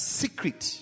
secret